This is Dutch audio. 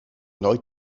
nooit